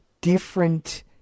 different